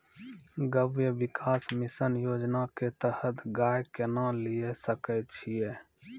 गव्य विकास मिसन योजना के तहत गाय केना लिये सकय छियै?